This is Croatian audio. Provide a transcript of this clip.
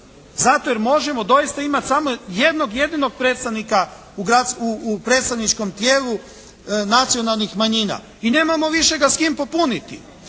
Zato jer možemo doista imati samo jednog jedinog predstavnika u predstavničkom tijelu nacionalnih manjina. I nemamo više ga s kim popuniti.